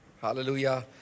Hallelujah